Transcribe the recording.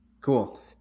Cool